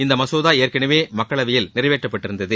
இந்த மசோதா ஏற்கனவே மக்களவையில் நிறைவேற்றப்பட்டிருந்தது